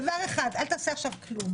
דבר אחד, אל תעשה עכשיו כלום